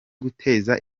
guteza